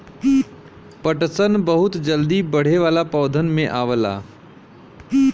पटसन बहुत जल्दी बढ़े वाला पौधन में आवला